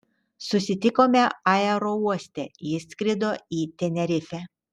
susitikome aerouoste ji skrido į tenerifę